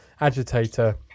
agitator